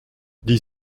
dix